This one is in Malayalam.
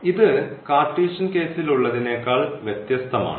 ഇത് കാർട്ടീഷ്യൻ കേസിൽ ഉള്ളതിനേക്കാൾ വ്യത്യസ്തമാണ്